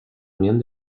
unión